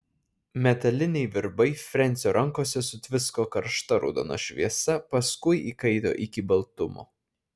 metaliniai virbai frensio rankose sutvisko karšta raudona šviesa paskui įkaito iki baltumo